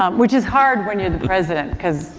um which is hard when you're the president because